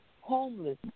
homeless